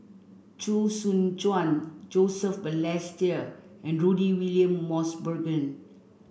Chee Soon Juan Joseph Balestier and Rudy William Mosbergen